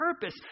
purpose